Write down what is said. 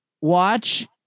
watch